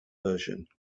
version